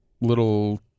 little